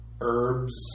herbs